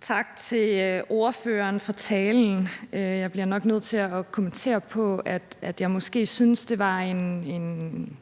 Tak til ordføreren for talen. Jeg bliver nok nødt til at kommentere på, at jeg måske synes, at det var en